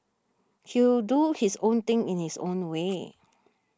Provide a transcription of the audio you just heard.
he'll do his own thing in his own way